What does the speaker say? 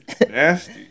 Nasty